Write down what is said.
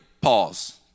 Pause